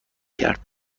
کرد